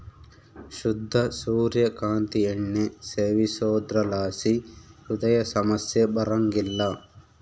ಶುದ್ಧ ಸೂರ್ಯ ಕಾಂತಿ ಎಣ್ಣೆ ಸೇವಿಸೋದ್ರಲಾಸಿ ಹೃದಯ ಸಮಸ್ಯೆ ಬರಂಗಿಲ್ಲ